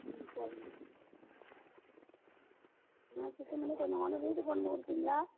ம் சரிங்க கொஞ்சம் சுத்தம் பண்ணி கொஞ்சம் வீட்டுக்கு கொண்டு வந்து கொடுப்பீங்களா